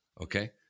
okay